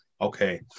okay